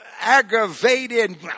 aggravated